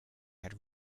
had